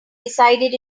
decided